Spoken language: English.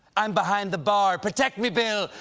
i'm behind the barr. protect me bill!